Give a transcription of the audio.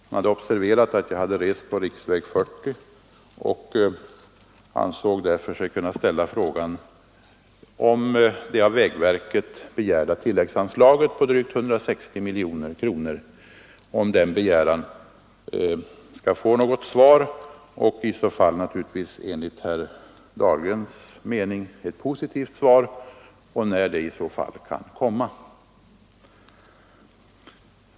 Han hade observerat att jag rest på riksväg 40 och ansåg sig därför kunna ställa frågan om det av vägverket begärda tilläggsanslaget på drygt 160 miljoner kronor skulle få något svar och naturligtvis om det i så fall skulle bli ett, enligt herr Dahlgrens mening, positivt svar och vidare när det skulle kunna komma.